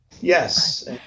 Yes